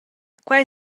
quei